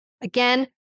Again